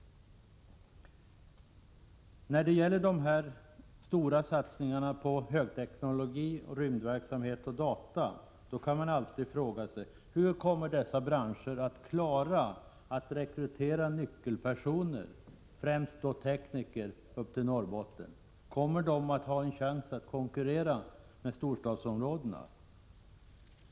När det gäller de stora satsningarna på högteknologi, rymdverksamhet och data kan man alltid fråga sig: Hur kommer dessa branscher att klara att rekrytera nyckelpersoner, främst då tekniker, till Norrbotten? Kommer de att ha en chans att konkurrera med storstadsområdena?